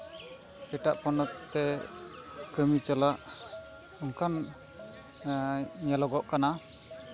ᱮᱴᱟᱜ ᱯᱚᱱᱚᱛ ᱛᱮ ᱠᱟᱹᱢᱤ ᱪᱟᱞᱟᱜ ᱚᱱᱠᱟᱱ ᱧᱮᱞᱚᱜᱚᱜ ᱠᱟᱱᱟ